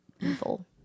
evil